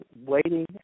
waiting